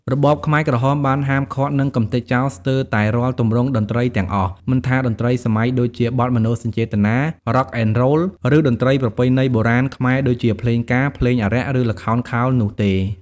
របបខ្មែរក្រហមបានហាមឃាត់ និងកម្ទេចចោលស្ទើរតែរាល់ទម្រង់តន្ត្រីទាំងអស់ មិនថាតន្ត្រីសម័យដូចជាបទមនោសញ្ចេតនា រ៉ុកអែនរ៉ូល ឬតន្ត្រីប្រពៃណីបុរាណខ្មែរដូចជាភ្លេងការ ភ្លេងអារក្ស ឬល្ខោនខោលនោះទេ។